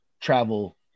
travel